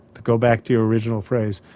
to go back to your original phrase,